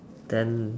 then